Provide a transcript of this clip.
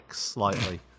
slightly